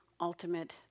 ultimate